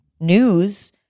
news